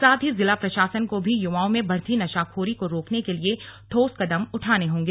साथ ही जिला प्रशासन को भी युवाओं में बढ़ती नशाखोरी को रोकने के लिए ठोस कदम उठाने होंगे